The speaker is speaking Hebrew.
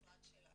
במשרד שלנו.